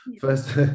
first